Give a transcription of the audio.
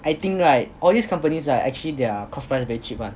I think right all these companies are actually their cost price very cheap [one]